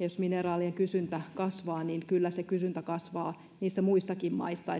jos mineraalien kysyntä kasvaa niin kyllä se kysyntä kasvaa niissä muissakin maissa